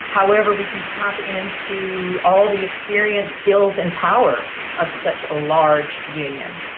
however we can tap into all the experience, skills and power of such a large union.